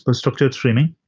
and structured streaming,